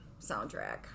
soundtrack